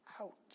out